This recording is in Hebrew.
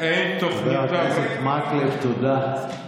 חבר הכנסת מקלב, תודה.